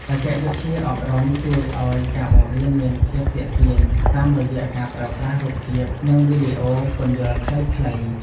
បច្ចេកវិទ្យាអប់រំជួយឱ្យការបង្រៀនមានភាពទាក់ទាញតាមរយៈការប្រើប្រាស់រូបភាពនិងវីដេអូពន្យល់ខ្លីៗ។